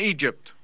Egypt